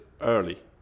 early